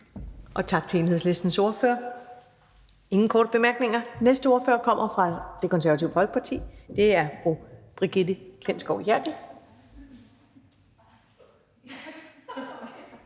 Tak til Enhedslistens ordfører. Der er ingen korte bemærkninger. Den næste ordfører kommer fra Det Konservative Folkeparti, og det er fru Brigitte Klintskov Jerkel.